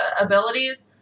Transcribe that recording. abilities